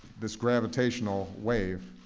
this gravitational wave